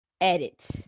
edit